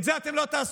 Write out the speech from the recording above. את זה אתם לא תעשו.